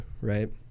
right